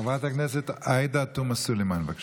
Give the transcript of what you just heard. חברת הכנסת עאידה תומא סלימאן, בבקשה.